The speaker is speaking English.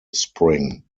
spring